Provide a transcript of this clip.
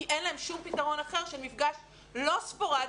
כי אין להם שום פתרון אחר של מפגש לא ספורדי,